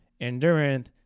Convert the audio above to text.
endurance